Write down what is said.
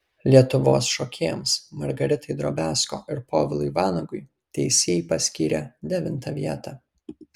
lietuvos šokėjams margaritai drobiazko ir povilui vanagui teisėjai paskyrė devintą vietą